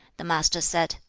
the master said,